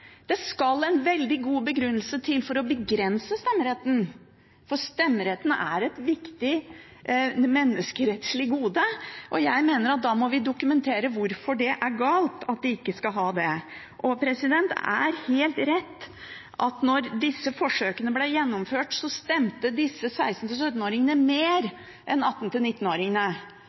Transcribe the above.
Det skal en veldig god begrunnelse til for å begrense stemmeretten, for stemmeretten er et viktig menneskerettslig gode, og jeg mener at da må vi dokumentere hvorfor det er galt at de ikke skal ha det. Det er helt rett at da disse forsøkene ble gjennomført, så stemte disse